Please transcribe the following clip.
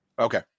Okay